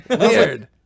Weird